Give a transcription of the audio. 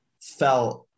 felt